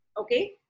Okay